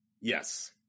Yes